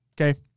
Okay